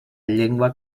llengua